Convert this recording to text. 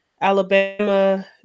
alabama